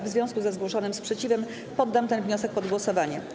W związku ze zgłoszonym sprzeciwem poddam ten wniosek pod głosowanie.